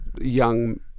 young